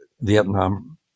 Vietnam